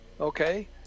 Okay